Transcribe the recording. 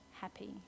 happy